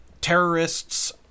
terrorists